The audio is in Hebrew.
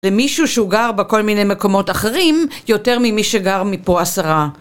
למישהו שהוא גר בכל מיני מקומות אחרים יותר ממי שגר מפה עשרה